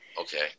okay